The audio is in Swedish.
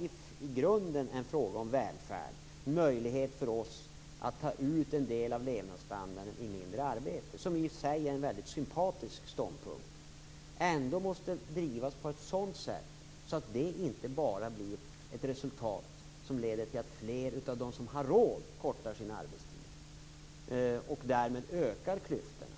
i grunden är en fråga om välfärd, en möjlighet för oss att ta ut en del av levnadsstandarden i mindre arbete - som i sig är en mycket sympatisk ståndpunkt - ändå måste drivas på ett sådant sätt att det inte bara blir ett resultat som leder till att fler av dem som har råd kortar sin arbetstid och därmed ökar klyftorna.